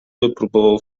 wypróbował